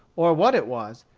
or what it was,